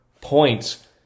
points